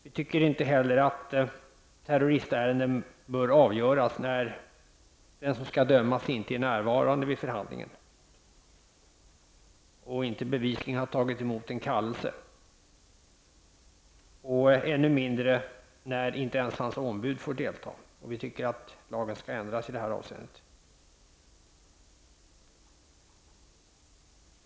Vi tycker inte heller att terroristärenden bör avgöras när den som skall dömas inte är närvarande vid förhandlingen och inte bevisligen tagit emot en kallelse, och ännu mindre när inte ens hans ombud får delta. Vi tycker lagen skall ändras i detta avseende.